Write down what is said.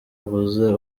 avuze